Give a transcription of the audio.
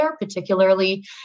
particularly